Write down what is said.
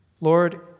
Lord